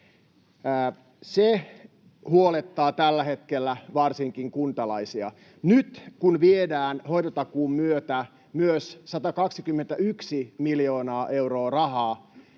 Se huolettaa tällä hetkellä varsinkin kuntalaisia. Nyt kun hoitotakuun myötä viedään myös 121 miljoonaa euroa rahaa